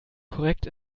korrekt